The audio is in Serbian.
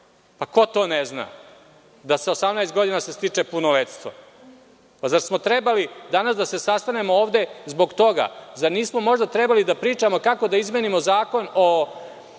zna? Ko ne zna da se sa 18 godina stiče punoletstvo? Zar smo trebali danas da se sastanemo ovde zbog toga? Da nismo možda trebali da pričamo kako da izmenimo Zakon o